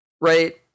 right